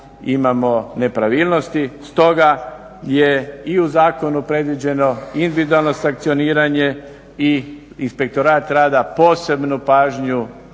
imamo nepravilnosti. Stoga je i u zakonu predviđeno individualno sankcioniranje i Inspektorat rada posebnu pažnju